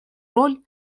роль